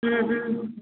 ꯎꯝ ꯎꯝ